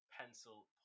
Pencil